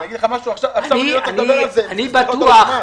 אני בטוח